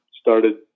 started